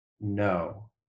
No